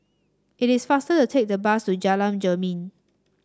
it is faster to take the bus to Jalan Jermin